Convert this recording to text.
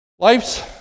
Life's